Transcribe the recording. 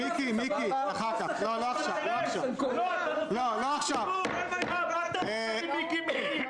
------ חבר הכנסת מיקי לוי,